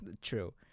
True